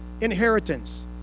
inheritance